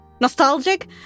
Nostalgic